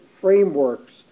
frameworks